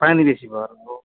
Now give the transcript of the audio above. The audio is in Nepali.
पानी बेसी भएर होला